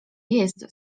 jest